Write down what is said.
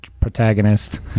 Protagonist